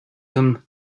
him